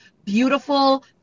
beautiful